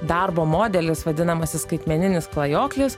darbo modelis vadinamasis skaitmeninis klajoklis